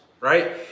right